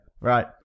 Right